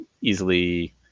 easily